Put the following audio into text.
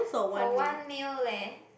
for one meal leh